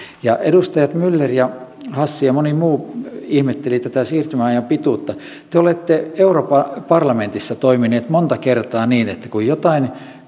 edustajat myller ja hassi ja moni muu ihmettelivät tätä siirtymäajan pituutta te olette europarlamentissa toimineet monta kertaa niin että kun jotain